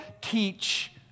teach